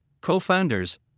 co-founders